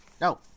No